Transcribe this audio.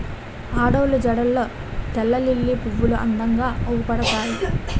ఆడోళ్ళు జడల్లో తెల్లలిల్లి పువ్వులు అందంగా అవుపడతాయి